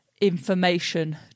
information